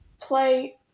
play